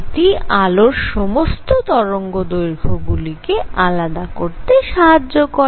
এটি আলোর সমস্ত তরঙ্গদৈর্ঘ্যগুলি কে আলাদা করতে সাহায্য করে